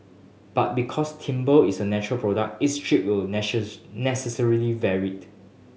but because timber is a natural product each strip will necessarily vary